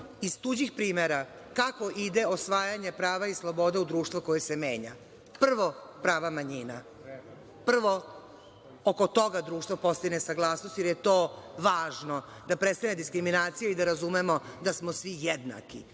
iz tuđih primera kako ide osvajanje prava i sloboda u društvu koje se menja. Prvo, prava manjina. Prvo oko toga društvo da postigne saglasnost, jer je to važno da prestane diskriminacija i da razumemo da smo svi jednaki,